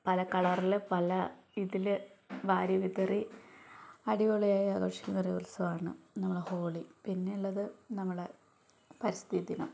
പല കളറിൽ പല ഇതിൽ വാരി വിതറി അടിപൊളിയായി ആഘോഷിക്കുന്ന ഒരു ഉത്സവമാണ് നമ്മളെ ഹോളി പിന്നെയുള്ളത് നമ്മളെ പരിസ്ഥിതി ദിനം